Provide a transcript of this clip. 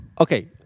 Okay